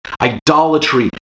idolatry